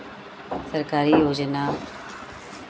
सरकारी योजना